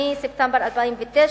מספטמבר 2009,